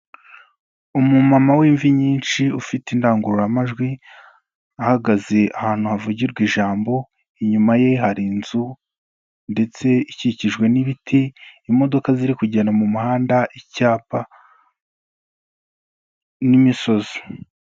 Umumama w'imvi nyinshi, ufite indangururamajwi, ahagaze ahantu havugirwa ijambo, inyuma ye hari inzu ndetse ikikijwe n'ibiti, imodoka ziri kugenda mu muhanda, icyapa n'imisozi.